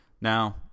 Now